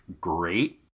great